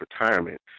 retirement